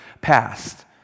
past